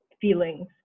feelings